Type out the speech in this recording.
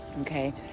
Okay